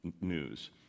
news